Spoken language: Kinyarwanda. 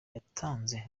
yatanze